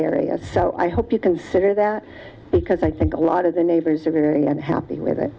area so i hope you consider that because i think a lot of the neighbors are very unhappy with it